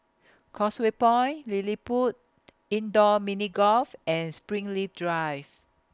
Causeway Point LilliPutt Indoor Mini Golf and Springleaf Drive